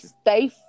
stay